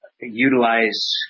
utilize